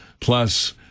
Plus